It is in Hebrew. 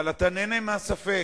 אבל אתה נהנה מהספק,